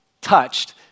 touched